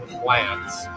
plants